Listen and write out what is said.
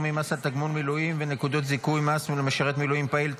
ממס על תגמול מילואים ונקודות זיכוי מס למשרת מילואים פעיל),